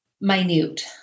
minute